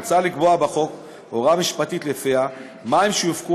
מוצע לקבוע בחוק הוראה משפטית שלפיה מים שיופקו